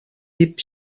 дип